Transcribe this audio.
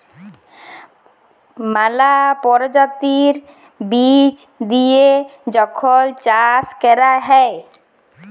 ম্যালা পরজাতির বীজ দিঁয়ে যখল চাষ ক্যরা হ্যয়